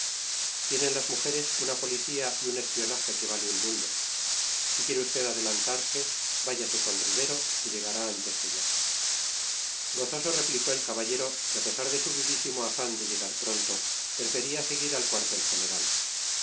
tienen las mujeres una policía y un espionaje que vale un mundo si quiere usted adelantarse váyase con ribero que llegará antes que yo gozoso replicó el caballero que a pesar de su vivísimo afán de llegar pronto prefería seguir al cuartel general